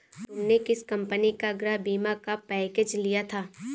तुमने किस कंपनी का गृह बीमा का पैकेज लिया था?